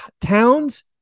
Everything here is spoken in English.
Towns